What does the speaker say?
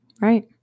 Right